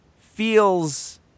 feels